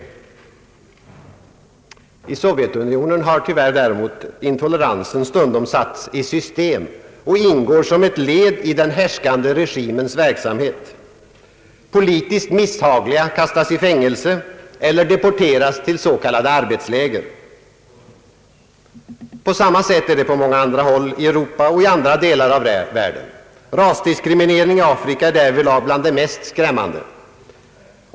I Sovjetunionen har tyvärr däremot intoleransen stundom satts i system och ingår som ett led i den härskande regimens verksamhet. Politiskt misshagliga personer kastas i fängelse eller deporteras till s.k. arbetsläger. På samma sätt är det på många andra håll i Europa och i andra delar av världen. Rasdiskrimineringen i Afrika är därvidlag bland det mest skrämmande.